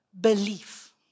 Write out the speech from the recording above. belief